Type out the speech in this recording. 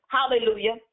Hallelujah